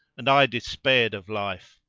and i despaired of life.